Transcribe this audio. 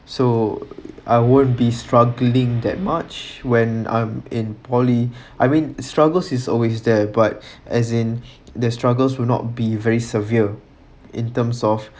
so I won't be struggling that much when I'm in poly I mean struggles is always there but as in the struggles will not be very severe in terms of